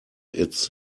its